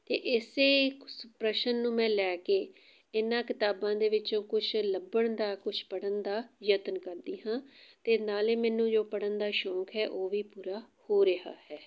ਅਤੇ ਇਸੇ ਕੁਸ਼ ਪ੍ਰਸ਼ਨ ਨੂੰ ਮੈਂ ਲੈ ਕੇ ਇਨ੍ਹਾਂ ਕਿਤਾਬਾਂ ਦੇ ਵਿੱਚੋਂ ਕੁਛ ਲੱਭਣ ਦਾ ਕੁਛ ਪੜ੍ਹਨ ਦਾ ਯਤਨ ਕਰਦੀ ਹਾਂ ਅਤੇ ਨਾਲ ਹੀ ਮੈਨੂੰ ਜੋ ਪੜ੍ਹਨ ਦਾ ਸ਼ੌਂਕ ਹੈ ਉਹ ਵੀ ਪੂਰਾ ਹੋ ਰਿਹਾ ਹੈ